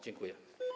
Dziękuję.